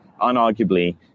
unarguably